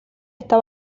está